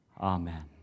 Amen